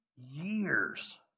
years